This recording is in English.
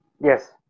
Yes